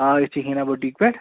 آ أسۍ چھِ ہیٖنا بوٗٹیک پیٚٚٹھ